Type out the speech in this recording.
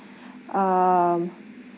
um